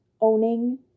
owning